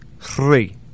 three